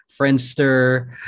Friendster